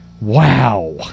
Wow